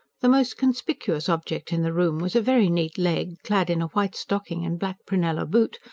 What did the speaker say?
the most conspicuous object in the room was a very neat leg, clad in a white stocking and black prunella boot,